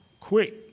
quick